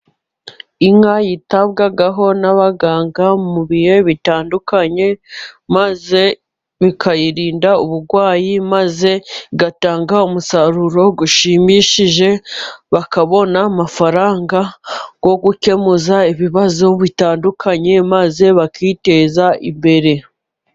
Inka yitabwaho n'abaganga mu bihe bitandukanye, maze bikayirinda uburwayi, maze bigatanga umusaruro bushimishije, bakabona amafaranga yo gukemu ibibazo bitandukanye maze bakiteza imbere.